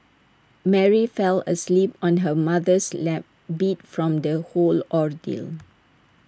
Mary fell asleep on her mother's lap beat from the whole ordeal